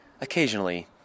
occasionally